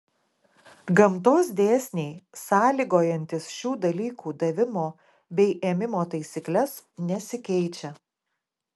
gamtos dėsniai sąlygojantys šių dalykų davimo bei ėmimo taisykles nesikeičia